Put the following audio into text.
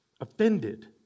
offended